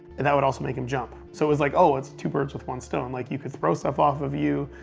and that would also make him jump. so it was like, oh, that's two birds with one stone. like you could throw stuff off of you.